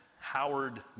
Howard